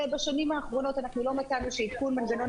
ובשנים האחרונות לא מצאנו שעדכון מנגנון